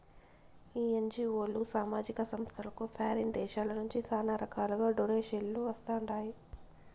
ఈ ఎన్జీఓలు, సామాజిక సంస్థలకు ఫారిన్ దేశాల నుంచి శానా రకాలుగా డొనేషన్లు వస్తండాయి